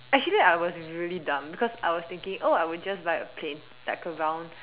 actually I was really dumb because I was thinking oh I would just buy a plane like a round